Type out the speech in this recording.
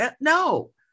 No